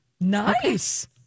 nice